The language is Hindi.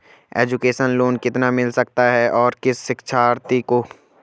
एजुकेशन लोन कितना मिल सकता है और किस शिक्षार्थी को?